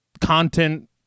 content